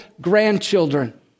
grandchildren